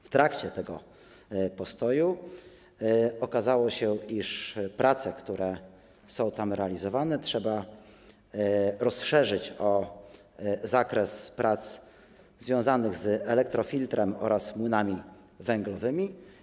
W trakcie tego postoju okazało się, iż prace, które są tam realizowane, trzeba rozszerzyć o zakres prac związanych z elektrofiltrem oraz młynami węglowymi.